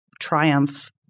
triumph